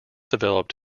developed